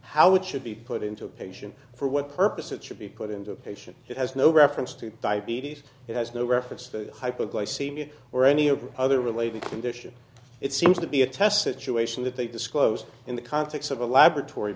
how it should be put into a patient for what purpose it should be put into a patient it has no reference to diabetes it has no reference to hypoglycemia or any of the other related conditions it seems to be a test situation that they disclose in the context of a laboratory